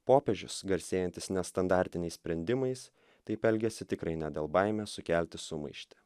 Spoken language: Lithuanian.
popiežius garsėjantis nestandartiniais sprendimais taip elgiasi tikrai ne dėl baimės sukelti sumaištį